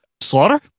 Slaughter